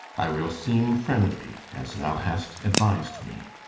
i will seem friendly, as thou hast advis'd me.